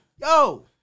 Yo